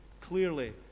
clearly